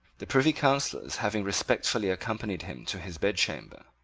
the privy councillors, having respectfully accompanied him to his bedchamber,